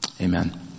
Amen